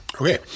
Okay